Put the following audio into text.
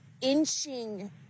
inching